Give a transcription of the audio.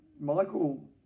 Michael